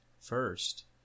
First